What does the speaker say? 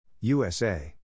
USA